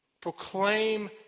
Proclaim